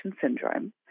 syndrome